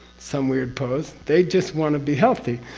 some weird pose. they just want to be healthy.